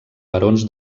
barons